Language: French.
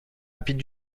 rapide